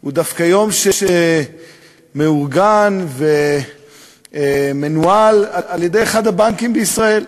הוא דווקא יום שמאורגן ומנוהל על-ידי אחד הבנקים בישראל,